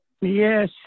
Yes